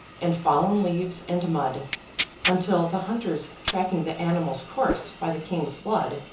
and fallen leaves, and mud until the hunters, tracking the animal's course by the king's blood,